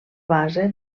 base